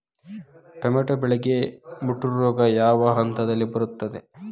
Tomato ಬೆಳೆಗೆ ಮುಟೂರು ರೋಗ ಯಾವ ಹಂತದಲ್ಲಿ ಬರುತ್ತೆ?